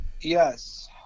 Yes